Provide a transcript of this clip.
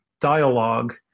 dialogue